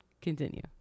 continue